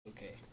Okay